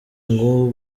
ngo